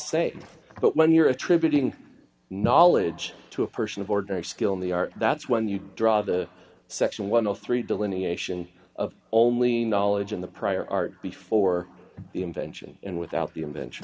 same but when you're attributing knowledge to a person of ordinary skill in the that's when you draw the section one or three delineation of only knowledge in the prior art before the invention and without the i